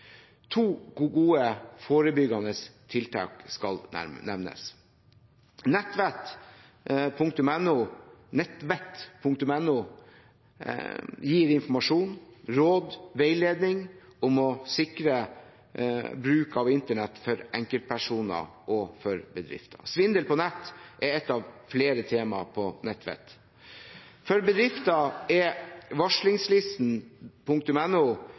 To gode forebyggende tiltak skal nevnes: Nettvett.no gir informasjon, råd og veiledning om å sikre bruk av internett for enkeltpersoner og bedrifter. Svindel på nett er ett av flere temaer på nettvett.no. For bedrifter er